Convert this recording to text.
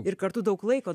ir kartu daug laiko